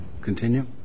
continue